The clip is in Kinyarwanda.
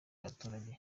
y’abaturage